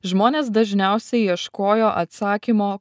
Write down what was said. žmonės dažniausiai ieškojo atsakymo